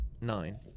nine